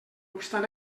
obstant